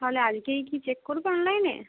তাহলে আজকেই কি চেক করবো অনলাইনে